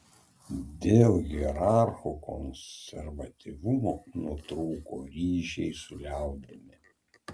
dėl hierarchų konservatyvumo nutrūko ryšiai su liaudimi